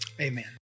Amen